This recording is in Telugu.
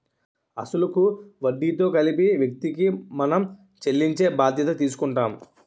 అసలు కు వడ్డీతో కలిపి వ్యక్తికి మనం చెల్లించే బాధ్యత తీసుకుంటాం